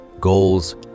goals